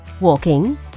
walking